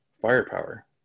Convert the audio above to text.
Firepower